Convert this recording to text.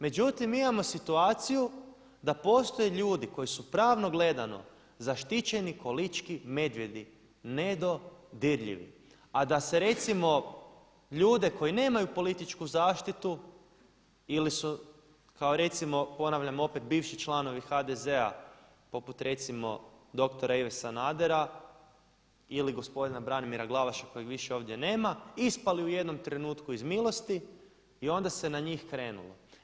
Međutim, mi imamo situaciju da postoje ljudi koji su pravno gledano zaštićeni ko lički medvjedi nedodirljivi, a da se recimo ljude koji nemaju političku zaštitu ili su kao recimo ponavljam opet bivši članovi HDZ-a poput recimo dr. Ive Sanadera ili gospodina Branimira Glavaša kojeg više ovdje nema ispali u jednom trenutku iz milosti i onda se na njih krenulo.